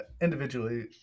individually